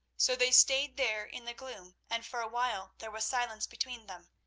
so they stayed there in the gloom, and for a while there was silence between them.